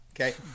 Okay